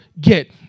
get